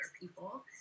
people